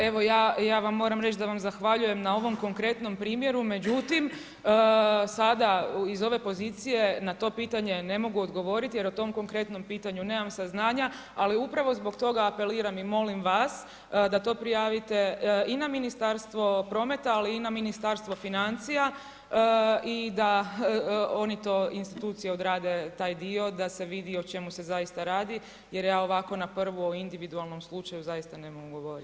Evo, ja vam moram reći da vam zahvaljujem na ovom konkretnom primjeru, međutim, sada iz ove pozicije na to pitanje ne mogu odgovoriti jer o tom konkretnom pitanju nemam saznanja, ali upravo zbog toga apeliram i molim vas da to prijavite i na Ministarstvo prometa, ali i na Ministarstvo financija i da oni to institucije odrade taj dio da se vidi o čemu se zaista radi, jer ja ovako na prvu o individualnom slučaju zaista ne mogu odgovoriti.